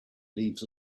leaves